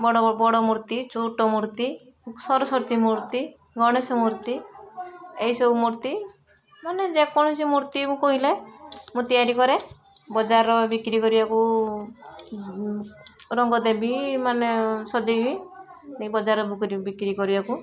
ବଡ଼ ବଡ଼ ମୂର୍ତ୍ତି ଛୋଟ ମୂର୍ତ୍ତି ସରସ୍ବତୀ ମୂର୍ତ୍ତି ଗଣେଶ ମୂର୍ତ୍ତି ଏହି ସବୁ ମୂର୍ତ୍ତିମାନେ ଯେକୌଣସି ମୂର୍ତ୍ତି କହିଲେ ମୁଁ ତିଆରି କରେ ବଜାର ବିକ୍ରି କରିବାକୁ ରଙ୍ଗ ଦେବି ମାନେ ସଜେଇବି ନେଇ ବଜାର ବୁ ବିକ୍ରି କରିବାକୁ